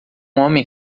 homem